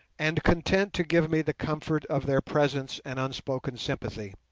and content to give me the comfort of their presence and unspoken sympathy